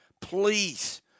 Please